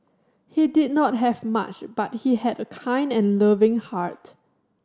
he did not have much but he had a kind and loving heart